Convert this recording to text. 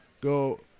go